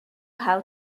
how